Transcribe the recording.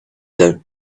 down